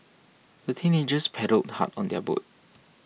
the teenagers paddled hard on their boat